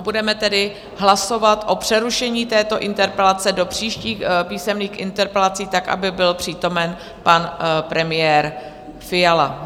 Budeme tedy hlasovat o přerušení této interpelace do příštích písemných interpelací tak, aby byl přítomen pan premiér Fiala.